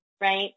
right